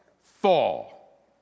fall